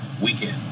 Weekend